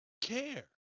care